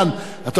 אני אבנה.